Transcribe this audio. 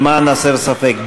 למען הסר ספק.